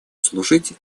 служить